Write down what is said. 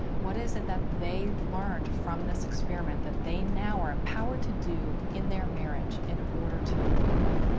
what is it that they learned from this experiment that they now are empowered to do in their marriage in order to improve it?